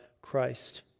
Christ